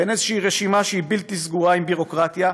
בין איזו רשימה שהיא בלתי סגורה עם ביורוקרטיה,